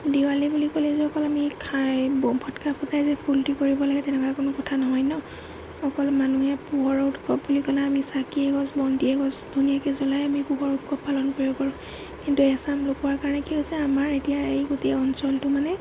দেৱালী বুলি ক'লেই যে অকল আমি খাৰ ব'ম ফটকা ফুটাই যে ফুৰ্টি কৰিব লাগে তেনেকুৱা কোনো কথা নহয় নহ্ অকল মানুহে পোহৰৰ উৎসৱ বুলি ক'লে আমি চাকি এগছ বন্তি এগছ ধুনীয়াকৈ জ্বলাই আমি পোহৰৰ উৎসৱ পালন কৰিব পাৰোঁ কিন্তু এচাম লোকৰ কাৰণে কি হৈছে আমাৰ এতিয়া এই গোটেই অঞ্চলটো মানে